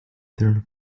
their